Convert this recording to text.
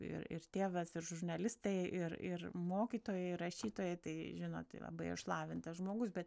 ir ir tėvas ir žurnalistai ir ir mokytojai ir rašytojai tai žinot tai labai išlavintas žmogus bet